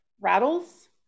rattles